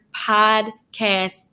podcast